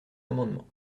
amendement